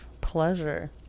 pleasure